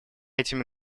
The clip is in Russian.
этими